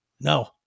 No